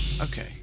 okay